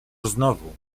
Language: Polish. znowu